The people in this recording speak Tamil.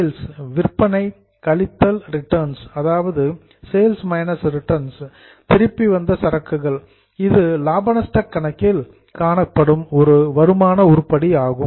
சேல்ஸ் விற்பனை கழித்தல் ரிட்டன்ஸ் திருப்பி வந்த சரக்குகள் இது லாப நஷ்ட கணக்கில் காணப்படும் ஒரு வருமான உருப்படி ஆகும்